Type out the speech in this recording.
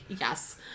Yes